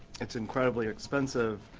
it's incredibly expensive.